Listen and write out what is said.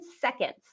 seconds